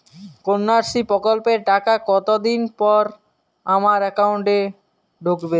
কন্যাশ্রী প্রকল্পের টাকা কতদিন পর আমার অ্যাকাউন্ট এ ঢুকবে?